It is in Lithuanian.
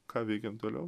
ką veikiam toliau